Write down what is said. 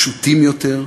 פשוטים יותר,